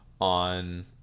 on